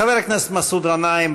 חבר הכנסת מסעוד גנאים,